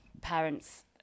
parents